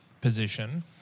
position